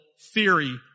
theory